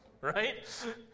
Right